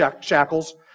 shackles